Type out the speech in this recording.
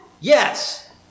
Yes